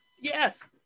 yes